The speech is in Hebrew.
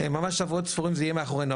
ממש שבועות ספורים זה יהיה מאחורינו,